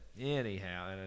anyhow